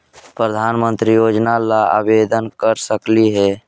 प्रधानमंत्री योजना ला आवेदन कर सकली हे?